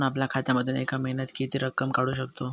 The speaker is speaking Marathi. आपण आपल्या खात्यामधून एका महिन्यामधे किती रक्कम काढू शकतो?